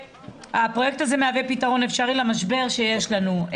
שהפרויקט הזה מהווה פתרון אפשרי למשבר שיש לנו.